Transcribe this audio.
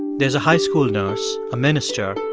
there's a high school nurse, a minister,